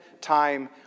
time